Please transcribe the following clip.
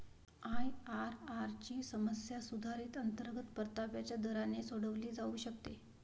IRR ची समस्या सुधारित अंतर्गत परताव्याच्या दराने सोडवली जाऊ शकते